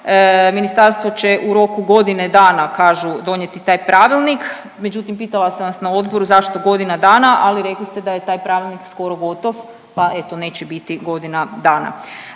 Ministarstvo će u roku godine dana kažu donijeti taj pravilnik, međutim pitala sam vas na odboru zašto godina dana, ali rekli ste da je taj pravilnik skoro gotov, pa eto neće biti godina dana.